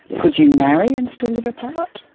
could you marry and still live apart?